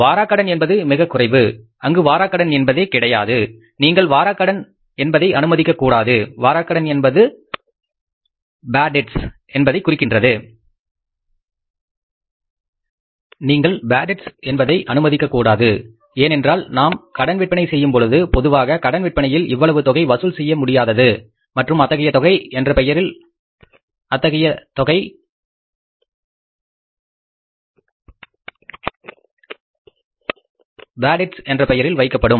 bad debts என்பது மிகக் குறைவு அங்கு பேட் டெட்ஸ் என்பதே கிடையாது நீங்கள் பேட் டெட்ஸ் என்பதை அனுமதிக்கக் கூடாது ஏனென்றால் நாம் கடன் விற்பனை செய்யும் பொழுது பொதுவாக கடன் விற்பனையில் இவ்வளவு தொகை வசூல் செய்ய முடியாதது மற்றும் அத்தகைய தொகை பேட் டெட்ஸ் என்ற பெயரில் வைக்கப்படும்